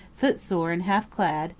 footsore and half clad,